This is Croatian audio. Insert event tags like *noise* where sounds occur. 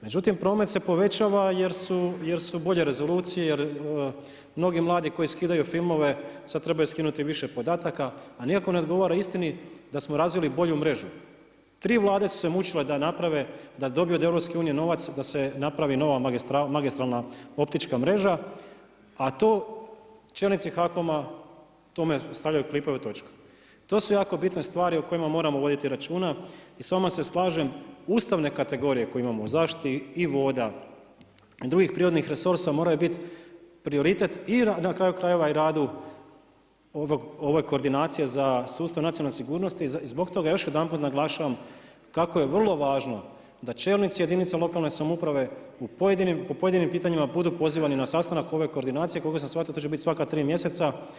Međutim, promet se povećava jer su bolje rezolucije, jer mnogi mladi koje skidaju filmove, sad trebaju skinuti više podataka a nikako ne odgovara istini da smo razvili bolju mrežu, tri Vlade su se mučile da naprave, da dobiju od EU-a novac, da se napravi nova magistralna optička mreža a to čelnici HAKOM-a tome stavljaju … *unintelligible* To su jako bitno stvari o kojima moramo voditi računa i s vama se slažem, ustavne kategorije koje imamo zaštiti i voda i drugih prirodnih resursa moraju biti prioritet i na kraju krajeva i radu ove koordinacije za sustav nacionalne sigurnosti i zbog još jedanput naglašavam kako je vrlo važno da čelnici jedinica lokalne samouprave u pojedinim pitanjima budu pozivani na sastanak ove koordinacije, koliko sam shvatio to će biti svaka tri mjeseca.